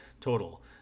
total